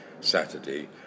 Saturday